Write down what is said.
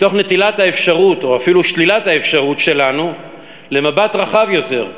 מתוך נטילת האפשרות או אפילו שלילת האפשרות שלנו למבט רחב יותר,